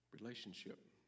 Relationship